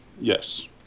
Yes